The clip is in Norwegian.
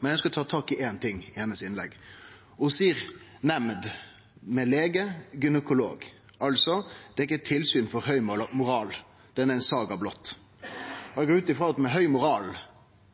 Men eg ønskjer å ta tak i éin ting i hennar innlegg. Ho seier nemnd med lege/gynekolog, altså at det ikkje er eit tilsyn for høg moral,